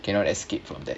cannot escape from that